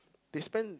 they spend